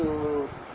to